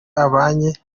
abanye